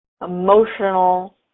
emotional